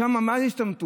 שם מה זו השתמטות?